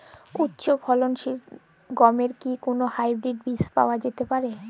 উচ্চ ফলনশীল গমের কি কোন হাইব্রীড বীজ পাওয়া যেতে পারে?